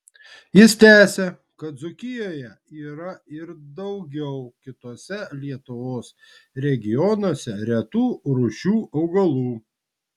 jis tęsia kad dzūkijoje yra ir daugiau kituose lietuvos regionuose retų rūšių augalų